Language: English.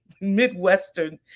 Midwestern